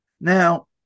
Now